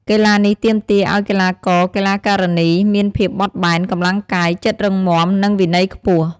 កីឡានេះទាមទារឲ្យកីឡាករ-កីឡាការិនីមានភាពបត់បែន កម្លាំងកាយ ចិត្តរឹងមាំ និងវិន័យខ្ពស់។